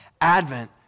Advent